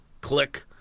Click